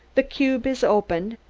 the cube is opened,